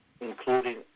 including